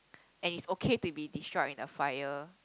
and it's okay to be destroyed in the fire